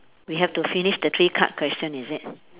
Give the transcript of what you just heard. we have to finish the three card question is it